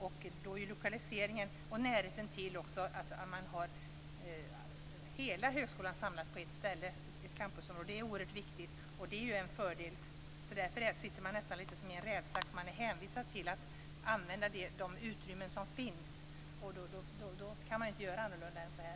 Då är lokaliseringen och närheten, att hela högskolan är samlad på ett ställe, på ett campusområde, oerhört viktigt. Det är en fördel. Man sitter nästan som i en rävsax när man är hänvisad till att använda de utrymmen som finns. Då kan man inte göra annorlunda än så här.